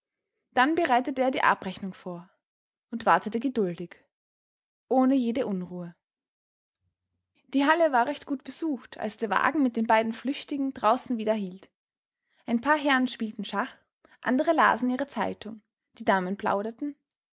dann bereitete er die abrechnung vor und wartete geduldig ohne jede unruhe die hall war recht gut besucht als der wagen mit den beiden flüchtigen draußen wieder hielt ein paar herren spielten schach andere lasen ihre zeitung die damen plauderten